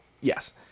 Yes